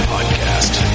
Podcast